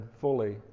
fully